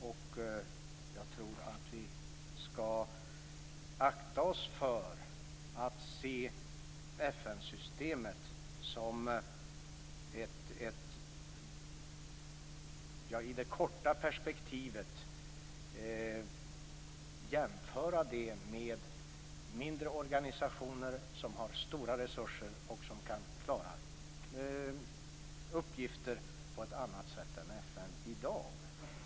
Jag tror att vi skall akta oss för att i det korta perspektivet jämföra FN med mindre organisationer med stora resurser och som kan klara uppgifter på ett annat sätt än FN i dag.